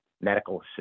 medical